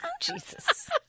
Jesus